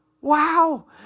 Wow